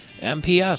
MPS